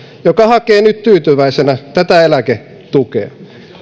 joka hakee nyt tyytyväisenä tätä eläketukea